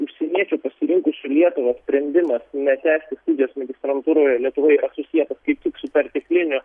užsieniečių pasirinkusių lietuvą sprendimas netęsti studijos magistrantūroje lietuvoje susietas kaip tik su pertekline